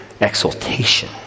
exaltation